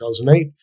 2008